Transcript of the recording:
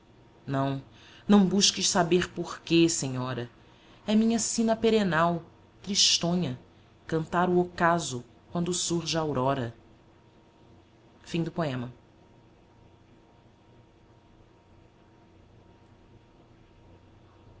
não não busques saber porque senhora é minha sina perenal tristonha cantar o ocaso quando surge a aurora